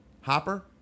Hopper